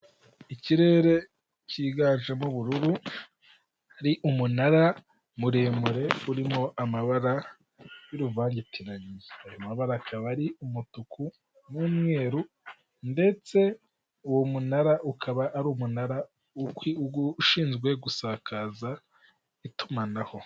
Ikirere cyiganjemo ubururu hari umunara muremure urimo amabara y'uruvangitirane, ayo mabara akaba ari umutuku n'umweru ndetse uwo munara ukaba ari umunara ushinzwe gusakaza itumanaho.